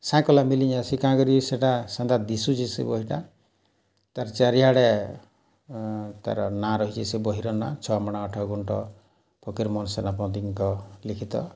ସାଇଁକଲା ମିଲିଯେସି କାଁକରିକି ସେଟା ସାନ୍ତା ଦିଶୁଚେ ସେ ବହିଟା ତାର୍ ଚାରିଆଡ଼େ ତାର୍ ନାଁ ରହିଛେ ସେ ବହିର୍ ନାଁ ଛଅ ମଣା ଆଠ ଗୁଣ୍ଠ ଫକୀର୍ମୋହନ୍ ସେନାପତିଙ୍କ ଲିଖିତ